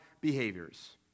behaviors